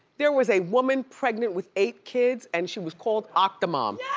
there was a woman pregnant with eight kids and she was called octomom.